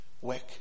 work